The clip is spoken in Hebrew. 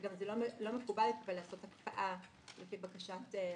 גם זה לא מקובל לעשות הקפאה לפי בקשת לקוח.